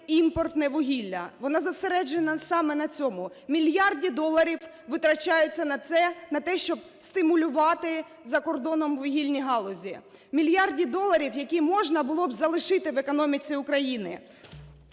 імпортне вугілля, вона зосереджена саме на цьому. Мільярди доларів витрачається на те, щоб стимулювати за кордоном вугільні галузі; мільярди доларів, які можна було б залишити в економіці України,